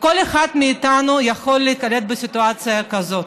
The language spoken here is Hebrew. כל אחד מאיתנו, יכול להיתקל בסיטואציה כזאת.